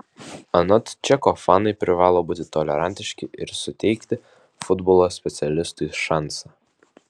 anot čeko fanai privalo būti tolerantiški ir suteikti futbolo specialistui šansą